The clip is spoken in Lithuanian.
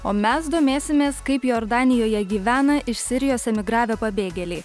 o mes domėsimės kaip jordanijoje gyvena iš sirijos emigravę pabėgėliai